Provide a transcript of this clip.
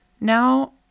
Now